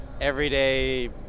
everyday